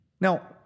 Now